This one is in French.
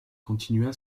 continua